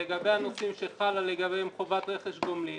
ולגבי הנושאים שחלה לגביהם חובת רכש גומלין